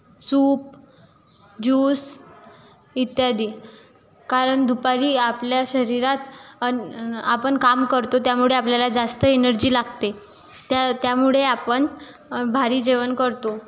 soup juice इत्यादी कारण दुपारी आपल्या शरीरात आणि आपण काम करतो त्यामुळे आपल्याला जास्त एनर्जी लागते त्या त्यामुळे आपण भारी जेवण करतो